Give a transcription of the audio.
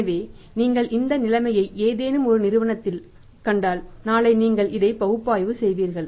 எனவே நீங்கள் இந்த நிலைமையை ஏதேனும் ஒரு நிறுவனத்தில் கண்டால் நாளை நீங்கள் இதை பகுப்பாய்வு செய்தீர்கள்